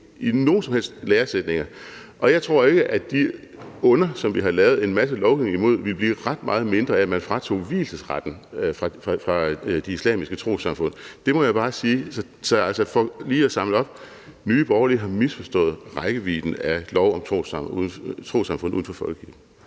i nogen som helst læresætninger, og jeg tror ikke, at de onder, som vi har lavet en masse lovgivning imod, ville blive ret meget mindre af, at man fratog vielsesretten fra de islamiske trossamfund. Det må jeg bare sige. Så for lige at samle op: Nye Borgerlige har misforstået rækkevidden af lov om trossamfund uden for folkekirken.